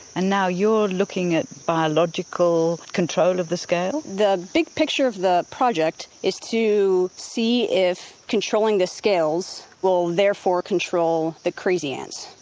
and now you're looking at biological control of the scale? the big picture of the project is to see if controlling the scales will therefore control the crazy ants.